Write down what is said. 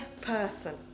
person